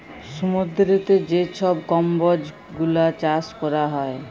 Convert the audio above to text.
সমুদ্দুরেতে যে ছব কম্বজ গুলা চাষ ক্যরা হ্যয়